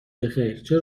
بخیر، چه